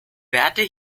verde